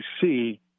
see